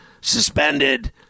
suspended